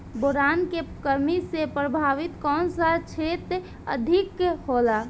Boron के कमी से प्रभावित कौन सा क्षेत्र अधिक होला?